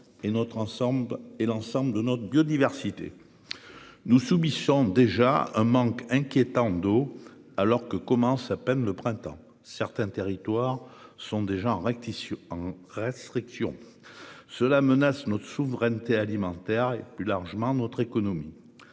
et l'ensemble de la biodiversité. Nous subissons déjà un manque inquiétant d'eau alors que commence à peine le printemps. Certains territoires sont déjà en restriction. Cela menace notre souveraineté alimentaire et plus largement notre économie.